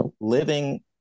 living